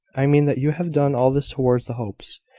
i mean that you have done all this towards the hopes.